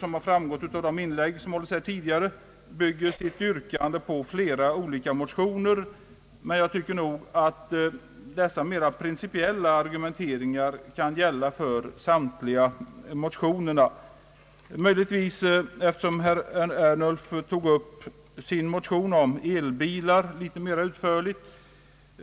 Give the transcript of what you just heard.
Som framgått av de inlägg som gjorts, bygger reservanterna sitt yrkande på flera olika motioner, men jag tycker nog att dessa mera principiella argument kan anföras beträffande alla motionerna. Eftersom herr Ernulf tog upp sin motion om elbilar litet mera utförligt,